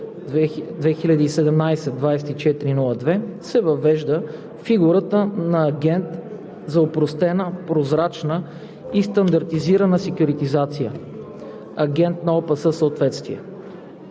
2017/2402 се въвежда фигурата на агент за опростена, прозрачна и стандартизирана секюритизация (агент за ОПС съответствие).